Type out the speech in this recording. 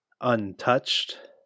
untouched